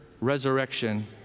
resurrection